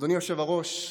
אדוני היושב-ראש,